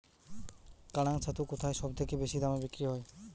কাড়াং ছাতু কোথায় সবথেকে বেশি দামে বিক্রি হয়?